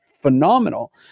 phenomenal